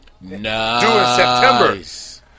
Nice